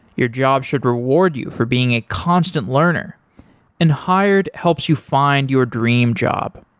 your job should reward you for being a constant learner and hired helps you find your dream job.